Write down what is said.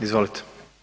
Izvolite.